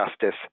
justice